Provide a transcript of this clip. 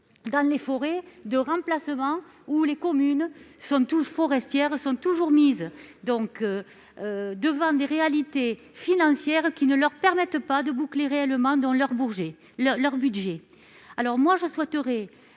dans les forêts de remplacement, où les communes forestières sont toujours mises devant des réalités financières qui ne leur permettent pas de boucler réellement leur budget. Je souhaiterais